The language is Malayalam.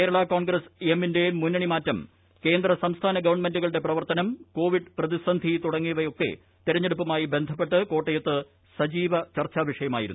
കേരളാ കോൺഗ്രസ് എമ്മിന്റെ മുന്നണി മാറ്റം കേന്ദ്ര സംസ്ഥാന ഗവൺമെന്റുകളുടെ പ്രവർത്തനം കോവിഡ് പ്രതിസന്ധി തുടങ്ങിയവയൊക്കെ തെരഞ്ഞെടുപ്പുമായി ബന്ധപ്പെട്ട് കോട്ടയത്ത് സജീവ ചർച്ചാ വിഷയമായിരുന്നു